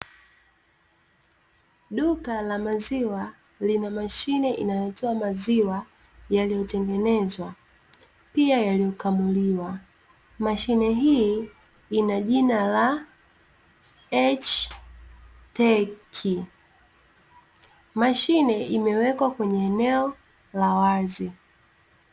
Duka la maziwa lina mashine inayotoa maziwa yaliyotengenezwa pia yaliyokamuliwa, mashine hii ina jina la "H Tech". Mashine imewekwa kwenye eneo la wazi .